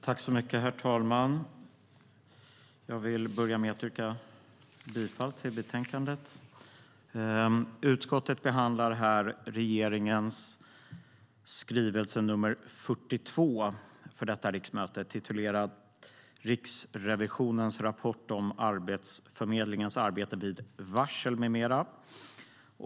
Herr talman! Jag vill börja med att yrka bifall till utskottets förslag i betänkandet. Utskottet behandlar regeringens skrivelse nr 42 för detta riksmöte, titulerad Riksrevisionens rapport om Arbetsförmedlingens arbete vid varsel m.m. .